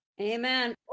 Amen